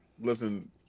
listen